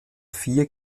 vier